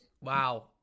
Wow